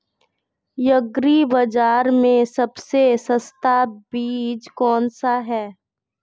Agree bazaar में सबसे सस्ता बीज कौनसा है?